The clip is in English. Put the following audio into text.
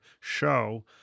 show